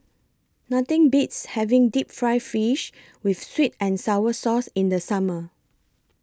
Nothing Beats having Deep Fried Fish with Sweet and Sour Sauce in The Summer